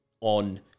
On